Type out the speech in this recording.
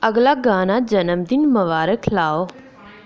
अगला गाना जन्मदिन मबारक लाओ